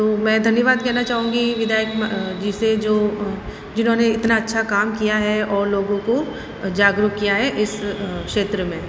तो मैं धन्यवाद कहना चाहूँगी विधायक जी से जो जिन्होंने इतना अच्छा काम किया है और लोगों को जागरूक किया है इस क्षेत्र में